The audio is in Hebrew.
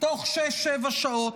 תוך שש-שבע שעות.